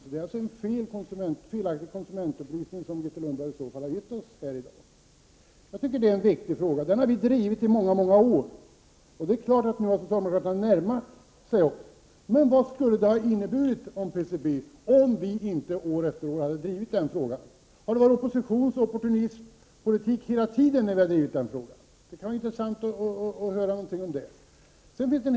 I så fall har Grethe Lundblad gett oss en felaktig konsumentupplysning här i dag. Detta är en viktig fråga som vi i folkpartiet har drivit under många år. Nu har socialdemokraterna börjat närma sig oss, men man kan fråga sig hur det hade blivit med PCB om vi inte år efter år hade drivit frågan. Har vi då hela tiden enbart varit opportuna och bedrivit oppositionspolitik? Det skulle vara intressant att få någon kommentar till detta.